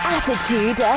Attitude